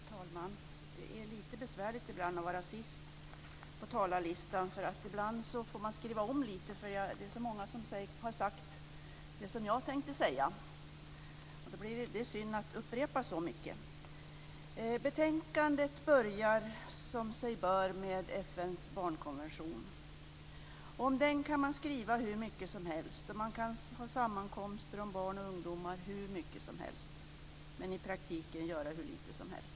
Fru talman! Det är lite besvärligt ibland att vara sist på talarlistan. Man får skriva om lite. Det är så många som har sagt det som jag tänkte säga, och det är synd att upprepa så mycket. Betänkandet börjar som sig bör med FN:s barnkonvention. Om den kan man skriva hur mycket som helst, och man kan ha hur många sammankomster om barn och ungdomar som helst men i praktiken göra hur lite som helst.